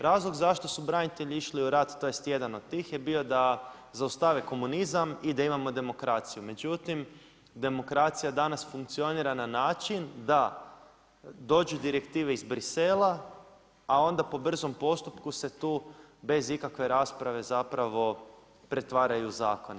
Razlog zašto su branitelji išli u rat, tj. jedan od tih je bio da zaustave komunizam i da imamo demokraciju, međutim demokracija danas funkcionira na način da dođu direktive iz Brisela a onda po brzom postupku se tu bez ikakve rasprave zapravo pretvaraju u zakone.